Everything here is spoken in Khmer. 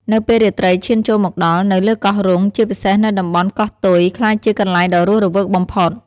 នៅពេលរាត្រីឈានចូលមកដល់ នៅលើកោះរ៉ុង ជាពិសេសនៅតំបន់ កោះទុយ ក្លាយជាកន្លែងដ៏រស់រវើកបំផុត។